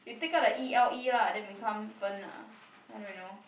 you take out the E L E lah then become fern ah i dont know